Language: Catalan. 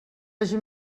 hagi